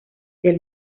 del